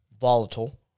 volatile